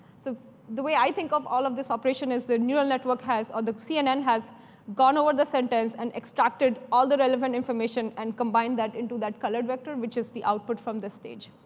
so the way i think of all of this operation is the neural network has the cnn has gone over the sentence and extracted all the relevant information and combined that into that colored vector, which is the output from this stage.